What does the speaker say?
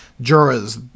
jurors